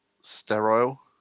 sterile